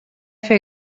fer